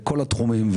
בכל התחומים,